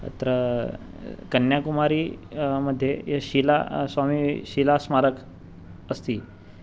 अत्र कन्याकुमारी मध्ये या शिला स्वामिशीलास्मारकम् अस्ति